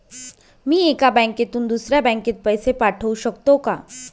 मी एका बँकेतून दुसऱ्या बँकेत पैसे पाठवू शकतो का?